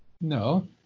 No